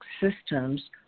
systems